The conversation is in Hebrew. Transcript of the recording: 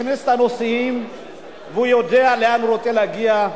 הכניס את הנוסעים והוא יודע לאן הוא רוצה להגיע,